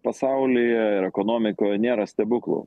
pasaulyje ir ekonomikoj nėra stebuklų